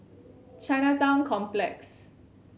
Chinatown Complex